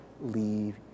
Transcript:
leave